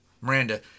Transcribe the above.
Miranda